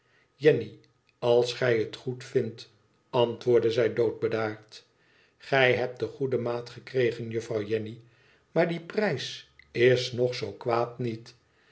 jenny als gij t goed vindt antwoordde zij doodbedaard gij hebt goede maat gekregen juffrouw jenny maar die prijs is nog zoo kwaad niet